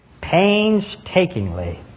painstakingly